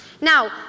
Now